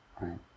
right